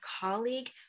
colleague